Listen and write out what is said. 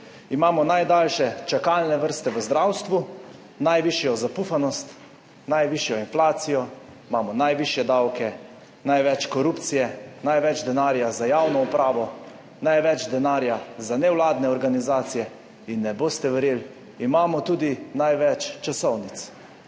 Imamo najdaljše čakalne vrste v zdravstvu, najvišjo zapufanost, najvišjo inflacijo. Imamo najvišje davke, največ korupcije, največ denarja za javno upravo, največ denarja za nevladne organizacije. In ne boste verjeli, imamo tudi največ časovnic.